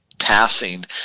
Passing